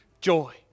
joy